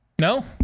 No